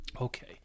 Okay